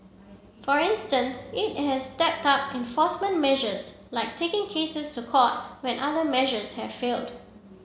for instance it has stepped up enforcement measures like taking cases to court when other measures have failed